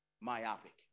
myopic